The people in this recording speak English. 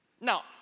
Now